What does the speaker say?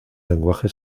lenguaje